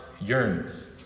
yearns